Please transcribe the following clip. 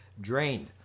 drained